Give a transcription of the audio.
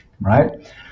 right